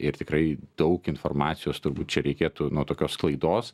ir tikrai daug informacijos turbūt čia reikėtų nu tokios sklaidos